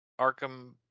arkham